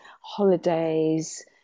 holidays